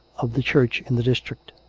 of the church in the district.